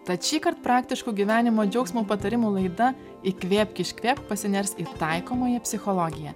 tad šįkart praktiško gyvenimo džiaugsmo patarimų laida įkvėpk iškvėpk pasiners į taikomąją psichologiją